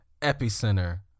epicenter